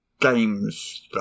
games